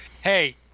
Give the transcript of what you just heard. hey